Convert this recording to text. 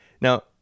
Now